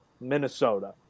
Minnesota